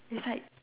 is like